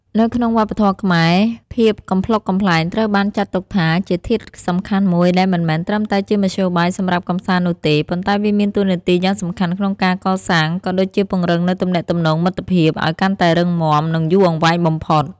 នៅក្នុងវប្បធម៌ខ្មែរ ភាពកំប្លុកកំប្លែងត្រូវបានចាត់ទុកថាជាធាតុសំខាន់មួយដែលមិនមែនត្រឹមតែជាមធ្យោបាយសម្រាប់កម្សាន្តនោះទេ ប៉ុន្តែវាមានតួនាទីយ៉ាងសំខាន់ក្នុងការកសាង ក៏ដូចជាពង្រឹងនូវទំនាក់ទំនងមិត្តភាពឲ្យកាន់តែរឹងមាំនិងយូរអង្វែងបំផុត។